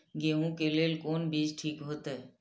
गेहूं के लेल कोन बीज ठीक होते?